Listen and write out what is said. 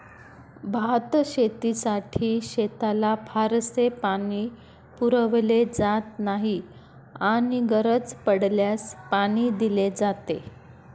भातशेतीसाठी शेताला फारसे पाणी पुरवले जात नाही आणि गरज पडल्यास पाणी दिले जाते